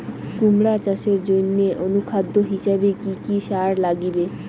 কুমড়া চাষের জইন্যে অনুখাদ্য হিসাবে কি কি সার লাগিবে?